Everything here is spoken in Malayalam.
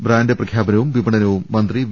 ബ്രാൻഡ് പ്രഖ്യാപ നവും വിപണനവും മന്ത്രി വി